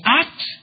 act